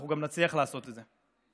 אנחנו גם נצליח לעשות את זה.